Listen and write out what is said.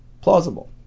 plausible